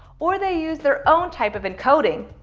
or they use their own type of encoding.